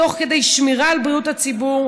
תוך שמירה על בריאות הציבור,